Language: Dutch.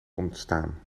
ontstaan